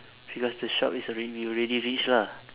because the shop is already we already reach lah